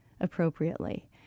appropriately